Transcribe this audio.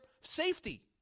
safety